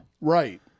Right